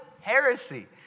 heresy